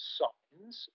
signs